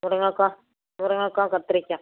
முருங்கக்காய் முருங்கக்காய் கத்திரிக்காய்